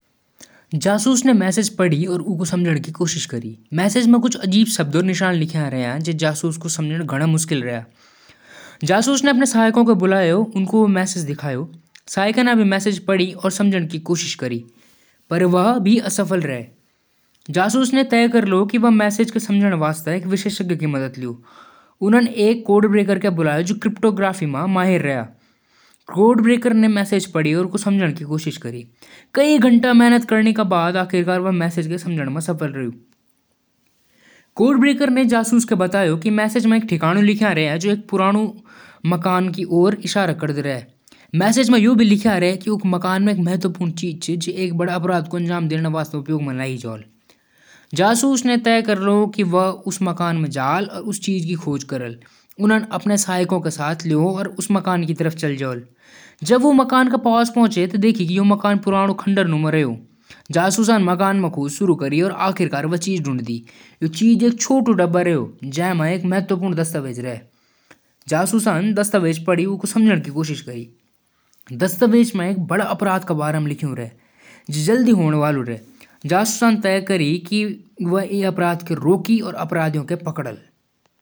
अरे, धन्यवाद कै बोलण की बात होलु! मैं तो अपणु काम करणा होलु। जब आप अपणी मदद करन आए, त ये तो मेरा फर्ज हुइ। मुझेक तो खुशी होलु कि मैं अपणी कुछ मदद कर सका। पर आप ऐसे क्यों सोच रये कि आप अकेले कुछ नी कर सकते? मने तो आप म बड़ी हिम्मत देखी। अगली बार खुद पर भरोसा रख्या।